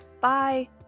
Bye